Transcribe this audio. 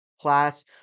class